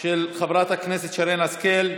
של חברת הכנסת שרן השכל.